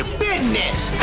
business